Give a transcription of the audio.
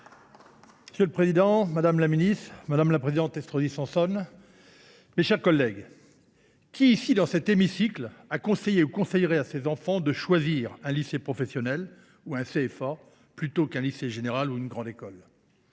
Monsieur le président, madame la ministre, mes chers collègues, qui, dans cet hémicycle, a conseillé ou conseillerait à ses enfants de choisir un lycée professionnel ou un CFA plutôt qu’un lycée général ou une grande école ?